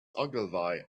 ogilvy